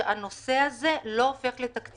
שהנושא הזה לא הופך לתקציבי?